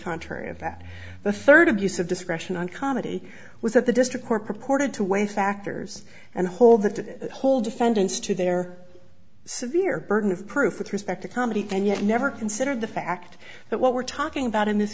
contrary of that the third abuse of discretion on comedy was that the district court purported to weigh factors and hold the whole defendants to their severe burden of proof with respect to comedy and yet never considered the fact that what we're talking about in this